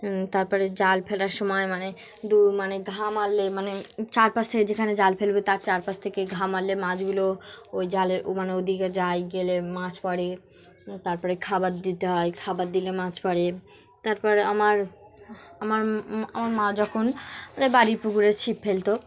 তারপরে জাল ফেলার সময় মানে দু মানে ঘা মারলে মানে চারপাশ থেকে যেখানে জাল ফেলবে তার চারপাশ থেকে ঘা মারলে মাছগুলো ওই জালের ও মানে ওদিকে জাল ফেললে মাছ পড়ে তারপরে খাবার দিতে হয় খাবার দিলে মাছ পড়ে তারপরে আমার আমার আমার মা যখন বাড়ির পুকুরে ছিপ ফেলতো